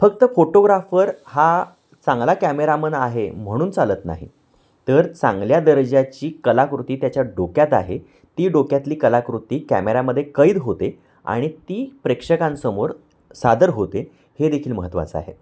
फक्त फोटोग्राफर हा चांगला कॅमेरामन आहे म्हणून चालत नाही तर चांगल्या दर्जाची कलाकृती त्याच्या डोक्यात आहे ती डोक्यातली कलाकृती कॅमेरामध्ये कैद होते आणि ती प्रेक्षकांसमोर सादर होते हे देखील महत्त्वाचं आहे